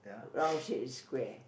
round shape is square